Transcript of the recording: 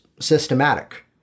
systematic